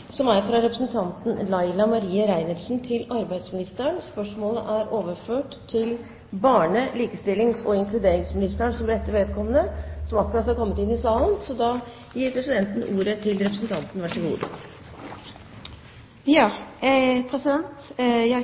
som ble presentert. Dette vil jeg i så fall komme tilbake til i forbindelse med budsjettbehandlingen. Dette spørsmålet er trukket tilbake. Dette spørsmålet, fra representanten Laila Marie Reiertsen til arbeidsministeren, er overført til barne-, likestillings- og inkluderingsministeren som rette vedkommende. Eg